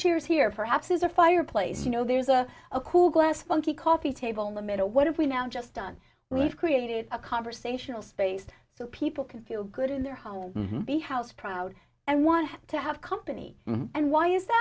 chairs here perhaps there's a fireplace you know there's a a cool glass funky coffee table in the middle what if we now just done we've created a conversational space so people can feel good in their home be house proud and want to have company and why is that